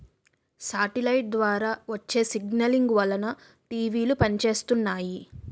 satellite ద్వారా వచ్చే signalling వలన టీవీలు పనిచేస్తున్నాయి